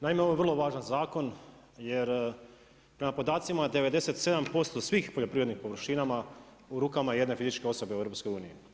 Naime, ovo je vrlo važan zakon jer prema podacima 97% svih poljoprivrednim površinama u rukama jedne fizičke osobe u EU.